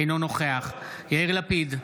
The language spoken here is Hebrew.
אינו נוכח יאיר לפיד,